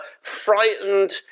frightened